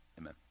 amen